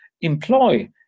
employ